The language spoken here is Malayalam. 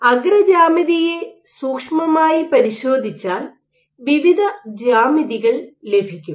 അഗ്രജ്യാമിതിയെ സൂക്ഷ്മമായി പരിശോധിച്ചാൽ വിവിധ ജ്യാമിതികൾ ലഭിക്കും